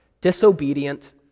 disobedient